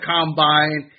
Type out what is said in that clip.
Combine